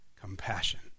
compassion